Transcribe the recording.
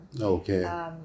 Okay